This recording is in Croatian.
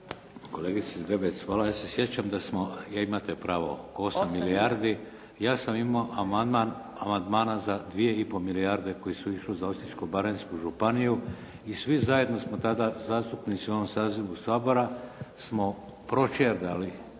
Kolegice Zgrebec, hvala. Ja se sjećam da smo, imate pravo, 8 milijardi. Ja sam imao amandman amandmana za 2 i pol milijarde koji su išli za Osječko-baranjsku županiju i svi zajedno smo tada zastupnici u ovom sazivu Saboru smo proćerdali